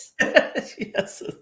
Yes